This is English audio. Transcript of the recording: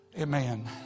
Amen